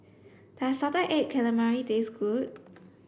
does salted egg calamari taste good